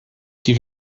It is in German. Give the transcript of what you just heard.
die